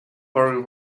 furry